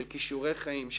של כישורי חיים,